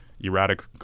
erratic